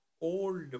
old